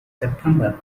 september